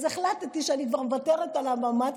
אז החלטתי שאני כבר מוותרת על הממ"ד,